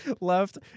left